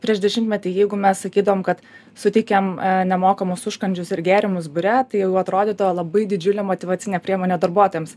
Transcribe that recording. prieš dešimtmetį jeigu mes sakydavom kad suteikiam nemokamus užkandžius ir gėrimus biure tai jau atrodydavo labai didžiulė motyvacinė priemonė darbuotojams